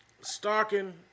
Stalking